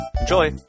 Enjoy